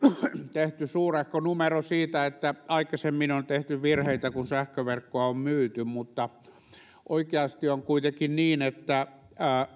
tehty suurehko numero siitä että aikaisemmin on tehty virheitä kun sähköverkkoa on myyty oikeasti on kuitenkin niin että